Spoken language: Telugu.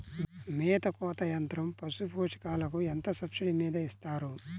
మేత కోత యంత్రం పశుపోషకాలకు ఎంత సబ్సిడీ మీద ఇస్తారు?